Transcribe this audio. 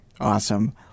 Awesome